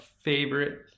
favorite